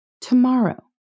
tomorrow